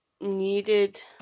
needed